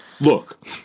Look